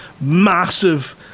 massive